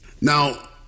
Now